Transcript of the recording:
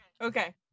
okay